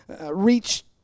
reach